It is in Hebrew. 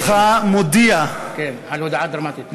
לראות אותך מודיע, כן, על הודעה דרמטית.